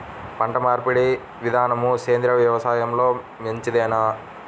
పంటమార్పిడి విధానము సేంద్రియ వ్యవసాయంలో మంచిదేనా?